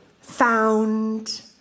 found